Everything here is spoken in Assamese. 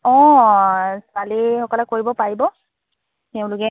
অঁ ছোৱালীসকলে কৰিব পাৰিব তেওঁলোকে